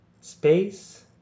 Space